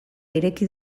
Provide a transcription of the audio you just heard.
ireki